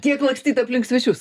kiek lakstyt aplink svečius